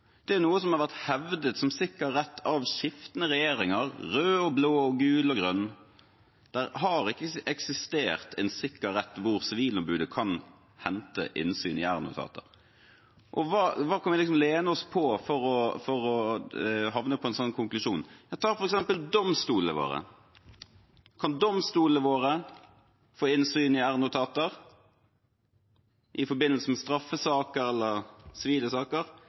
Det er noe som har vært hevdet, som sikker rett for skiftende regjeringer – rød og blå gul og grønn. Det har ikke eksistert en sikker rett for Sivilombudet til å hente innsyn i r-notater. Hva kan vi lene oss på for å havne på en sånn konklusjon? Ta f.eks. domstolene våre. Kan domstolene våre få innsyn i r-notater i forbindelse med straffesaker eller